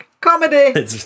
Comedy